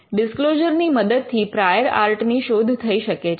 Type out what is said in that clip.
disclosure ની મદદથી prior art ની શોધ થઈ શકે છે